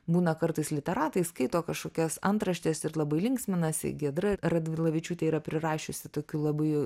būna kartais literatai skaito kažkokias antraštes ir labai linksminasi giedra radvilavičiūtė yra prirašiusi tokių labai